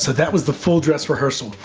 so that was the full dress rehearsal.